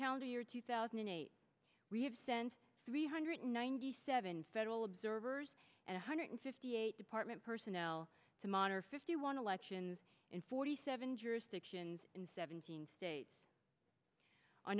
calendar year two thousand and eight we have sent three hundred ninety seven federal observers and a hundred fifty eight department personnel to monitor fifty one elections in forty seven jurisdictions in seventeen states on